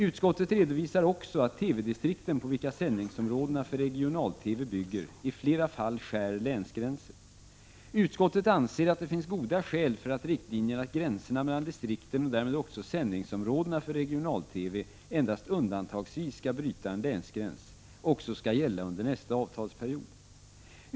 Utskottet redovisar också att TV-distrikten, på vilka sändningsområdena för regional-TV bygger, i flera fall skär länsgränser. Utskottet anser att det finns goda skäl för att riktlinjen att gränserna mellan distrikten och därmed också sändningsområdena för regional-TV endast undantagsvis skall bryta en länsgräns skall gälla även under nästa avtalsperiod.